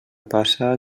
passa